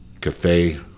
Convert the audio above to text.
cafe